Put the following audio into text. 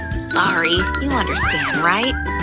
sorry, you understand, right?